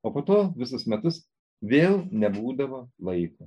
o po to visus metus vėl nebūdavo laiko